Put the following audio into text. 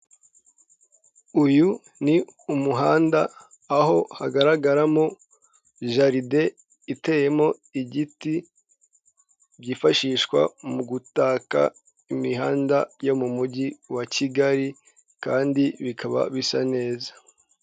Uyu ni umuhanda aho hagaragaramo jaride iteyemo igiti byifashishwa mu gutaka imihanda yo mu mujyi wa Kigali kandi bikaba bisa neza.